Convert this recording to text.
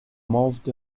moved